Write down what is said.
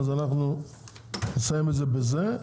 אז אנחנו נסיים את זה בזה,